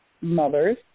mothers